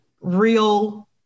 real